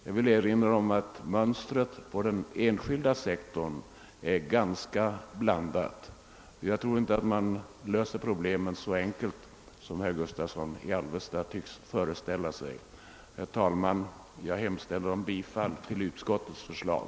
Jag vill erinra om att mönstret inom den enskilda sektorn är ganska mångskiftande, och jag tror inte man löser problemet så enkelt som herr Gustavsson i Alvesta tycks föreställa sig. Herr talman! Jag ber att få hemställa om bifall till utskottets förslag.